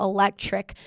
Electric